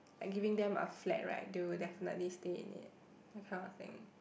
by giving them a flat right they will definitely stay in it that kind of thing